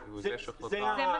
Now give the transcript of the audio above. זה החוק המקורי.